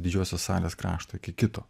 didžiosios salės krašto iki kito